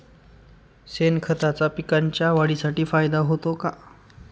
शेणखताचा पिकांच्या वाढीसाठी फायदा होतो का?